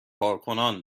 کارکنان